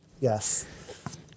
yes